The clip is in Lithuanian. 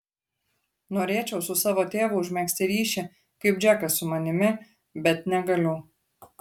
norėčiau su savo tėvu užmegzti ryšį kaip džekas su manimi bet negaliu